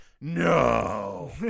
No